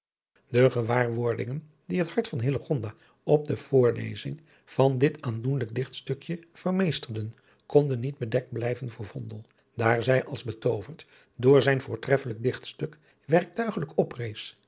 de gewaarwordingen die het hart van hillegonda op de voorlezing van dit aandoenlijk dichtstukje vermeesterden konden niet bedekt blijven voor vondel daar zij als betooverd door zijn voortreffelijk dichtstuk werktuigelijk